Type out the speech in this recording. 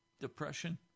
Depression